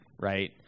right